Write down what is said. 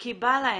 כי בא להם.